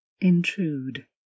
intrude